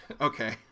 Okay